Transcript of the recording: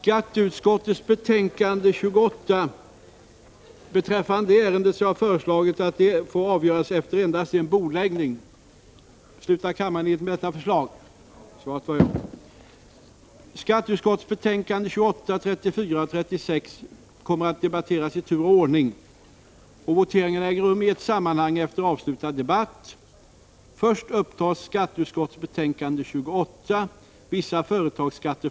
Kulturutskottets betänkanden 14 och 15 samt utbildningsutskottets betänkanden 13 och 15 kommer att debatteras i tur och ordning. Voteringarna äger rum i ett sammanhang efter avslutad debatt. Först upptas alltså kulturutskottets betänkande 14 om anslag till ungdomsorganisationer.